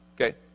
Okay